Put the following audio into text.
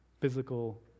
physical